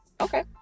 Okay